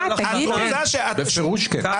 בפירוש כן.